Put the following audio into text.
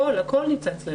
הכל נמצא אצלנו.